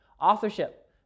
Authorship